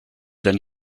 than